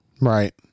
Right